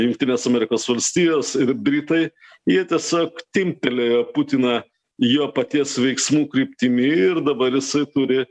jungtinės amerikos valstijos ir britai jie tiesiog timptelėjo putiną jo paties veiksmų kryptimi ir dabar jisai turi